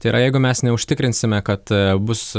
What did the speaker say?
tai yra jeigu mes neužtikrinsime kad bus